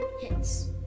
hits